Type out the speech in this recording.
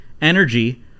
energy